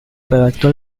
redactó